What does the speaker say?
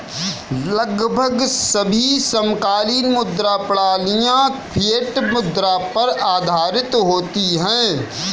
लगभग सभी समकालीन मुद्रा प्रणालियाँ फ़िएट मुद्रा पर आधारित होती हैं